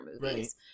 movies